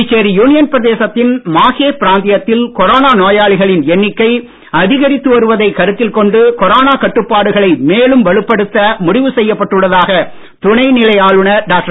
Puducherry union பிரதேசத்தின் மாஹே பிராந்தியத்தில் corona நோயாளிகளின் எண்ணிக்கை அதிகரித்து வருவதைக் கருத்தில் கொண்டு கொரோனா கட்டுப்பாடுகளை மேலும் வலுப்படுத்த முடிவு செய்யப் பட்டுள்ளதாக துணைநிலை ஆளுனர் டாக்டர்